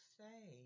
say